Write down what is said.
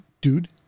dude